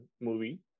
movie